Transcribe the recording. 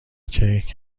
کیک